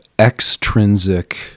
extrinsic